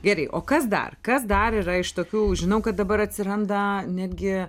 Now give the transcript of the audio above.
gerai o kas dar kas dar yra iš tokių žinau kad dabar atsiranda netgi